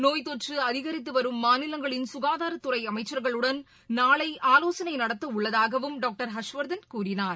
நோய் தொற்ற அதிகரித்து வரும் மாநிலங்களின் சுகாதாத்துறை அமைச்சா்களுடன் நாளை ஆலோசனை நடத்த உள்ளதாகவும் டாக்டர் ஹர்ஷ்வர்தன் கூறினார்